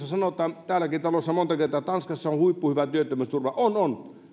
sanotaan täälläkin talossa on sanottu monta kertaa että tanskassa on huippuhyvä työttömyysturva on on